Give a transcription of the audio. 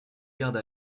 garde